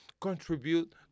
contribute